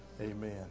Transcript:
Amen